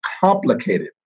complicated